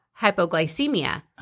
hypoglycemia